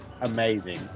amazing